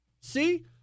See